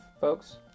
folks